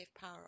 power